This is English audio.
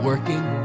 Working